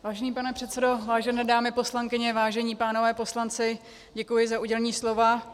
Vážený pane předsedo, vážené dámy poslankyně, vážení pánové poslanci, děkuji za udělení slova.